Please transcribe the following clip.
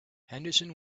henderson